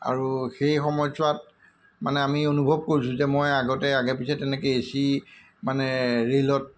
আৰু সেই সময়ছোৱাত মানে আমি অনুভৱ কৰিছোঁ যে মই আগতে আগে পিছে তেনেকৈ এ চি মানে ৰে'লত